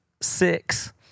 six